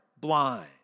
blind